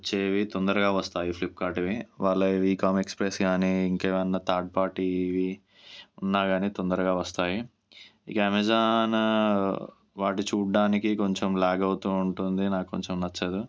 వచ్చేవి తొందరగా వస్తాయి ఫ్లిప్కార్ట్వి వాళ్ళ ఈ కామ్ ఎక్సప్రెస్ గానీ ఇంకేమైనా థర్డ్ పార్టీవి ఉన్నా గానీ తొందరగా వొస్తాయి ఇంకా అమెజాన్ వాటి చూడ్డానికి కొంచం ల్యాగ్ అవుతూ ఉంటుంది నాక్కొంచెం నచ్చదు